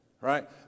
right